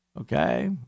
Okay